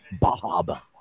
Bob